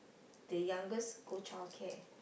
the youngest go childcare